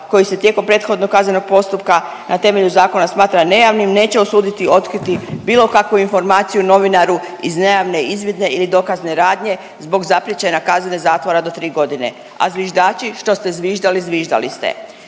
koji se tijekom prethodnog kaznenog postupka na temelju zakona smatra nejavnim neće osuditi, otkriti bilo kakvu informaciju novinaru iz nejavne, izvidne ili dokazne radnje zbog zapriječene kazne zatvora do 3 godine, a zviždači što ste zviždali zviždali ste.